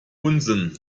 unsinn